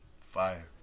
Fire